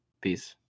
peace